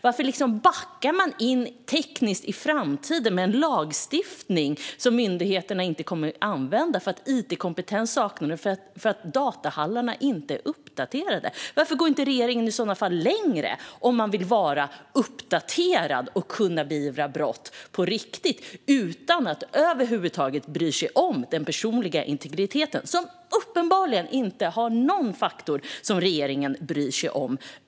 Varför backar man tekniskt in i framtiden med en lagstiftning som myndigheterna inte kommer att använda för att it-kompetens saknas och datahallarna inte är uppdaterade? Varför går inte regeringen i så fall längre, om man vill vara uppdaterad och kunna beivra brott på riktigt utan att över huvud taget bry sig om den personliga integriteten, som uppenbarligen inte är en faktor som regeringen bryr sig om?